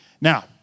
Now